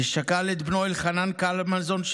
ששכל את בנו אלחנן קלמנזון,